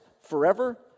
forever